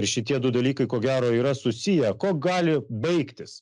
ir šitie du dalykai ko gero yra susiję kuo gali baigtis